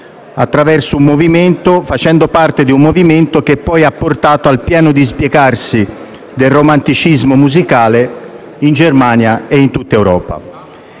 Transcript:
Rossini lo ha fatto, facendo parte di un movimento che poi ha portato al pieno dispiegarsi del Romanticismo musicale in Germania e in tutta Europa.